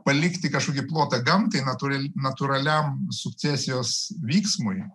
palikti kažkokį plotą gamtai natūraliam natūraliam sukcesijos vyksmui